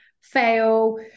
fail